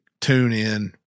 TuneIn